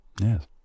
Yes